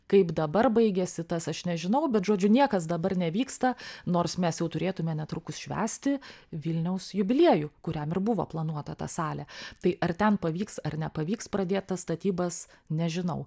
kaip dabar baigėsi tas aš nežinau bet žodžiu niekas dabar nevyksta nors mes jau turėtume netrukus švęsti vilniaus jubiliejų kuriam ir buvo planuota ta salė tai ar ten pavyks ar nepavyks pradėt tas statybas nežinau